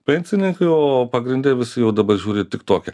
pensininkai o pagrinde visi jau dabar žiūri tik toke